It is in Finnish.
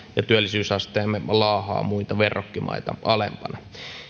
ja työllisyysasteemme laahaa muita verrokkimaita alempana